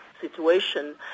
situation